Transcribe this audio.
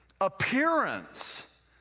appearance